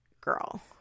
girl